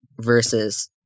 versus